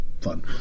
fun